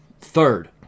Third